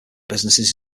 businesses